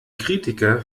kritiker